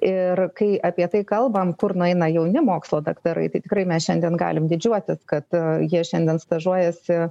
ir kai apie tai kalbam kur nueina jauni mokslo daktarai tai tikrai mes šiandien galim didžiuotis kad jie šiandien stažuojasi